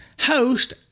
host